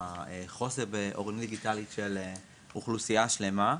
האוריינות הדיגיטלית של אוכלוסייה שלמה,